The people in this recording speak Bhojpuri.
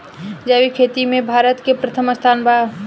जैविक खेती में भारत के प्रथम स्थान बा